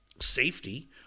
Safety